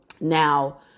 Now